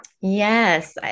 Yes